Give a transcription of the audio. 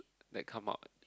that come out